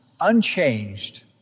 unchanged